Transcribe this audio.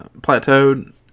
plateaued